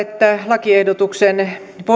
lakiehdotuksen